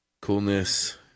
coolness